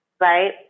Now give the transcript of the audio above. right